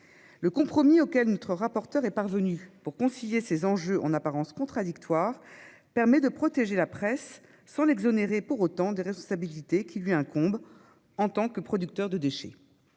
Le compromis auquel notre rapporteure est parvenue pour concilier ces enjeux en apparence contradictoires permet de protéger la presse sans l'exonérer pour autant des responsabilités qui lui incombent en tant que producteur de déchets.